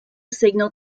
signal